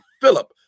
Philip